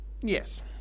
Yes